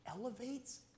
elevates